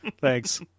thanks